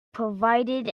provided